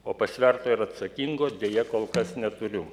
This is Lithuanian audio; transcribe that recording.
o pasverto ir atsakingo deja kol kas neturiu